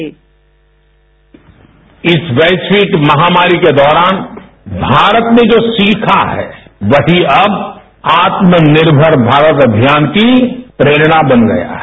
bite इस वैश्विक महामारी के दौरान भारत ने जो सिखा है वहीं अव आत्मनिर्मर भारत अभियान की प्रेरणा बन गया है